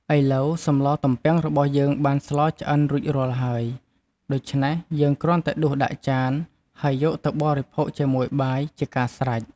ឥឡូវសម្លទំពាំងរបស់យើងបានស្លឆ្អិនរួចរាល់ហើយ ដូច្នេះ យើងគ្រាន់តែដួសដាក់ចាន ហើយយកទៅបរិភោគជាមួយបាយ ជាការស្រេច។